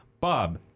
Bob